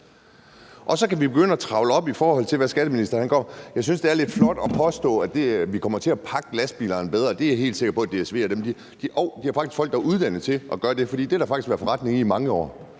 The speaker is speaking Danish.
Og så kan vi jo begynde at trevle det op, i forhold til hvad skatteministeren gør. Jeg synes, det er lidt flot at påstå, at vi kommer til at pakke lastbilerne bedre. Det er jeg helt sikker på at DSV og andre faktisk har folk der er uddannet til at gøre, for det har der faktisk været forretning i i mange år.